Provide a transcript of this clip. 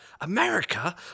America